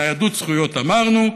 ניידות זכויות, אמרנו,